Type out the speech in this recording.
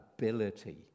ability